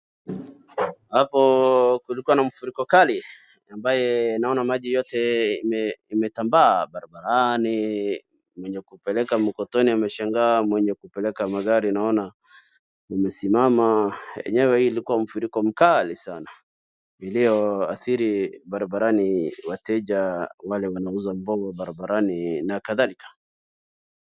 Hapo kulikuwa na mafuriko kali ambaye naona maji yote imetambaa barabarani, mwenye kupeleka mkokoteni ameshangaa, mwenye kupeleka magari naona zimesimama enyewe hii ilikuwa mafuriko makali sana iliyoathiri wale wateja ambao wanauza mboga barabarani na kadhalika.